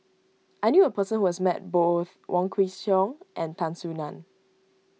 I knew a person who has met both Wong Kwei Cheong and Tan Soo Nan